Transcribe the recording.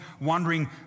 wondering